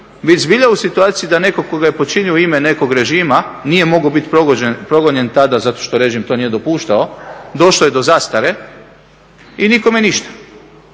bit zbilja u situaciji da netko tko ga je počinio u ime nekog režima nije mogao biti progonjen tada zato što režim to nije dopuštao, došlo je do zastare i nikome ništa.